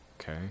Okay